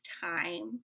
time